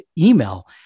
email